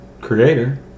Creator